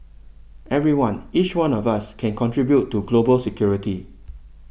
everyone each one of us can contribute to global security